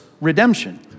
redemption